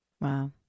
wow